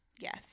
Yes